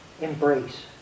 embrace